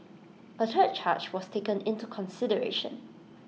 A third charge was taken into consideration